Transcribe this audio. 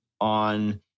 on